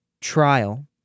trial